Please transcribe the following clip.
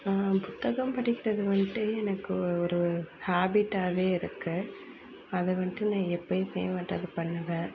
புத்தகம் படிக்கிறது வன்ட்டு எனக்கு ஒரு ஹாபிட்டாகவே இருக்குது அதை வன்ட்டு நான் எப்பவும் வன்ட்டு அதை பண்ணுவேன்